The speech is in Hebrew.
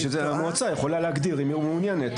המועצה יכולה להגדיר אם היא מעוניינת,